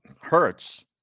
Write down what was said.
hurts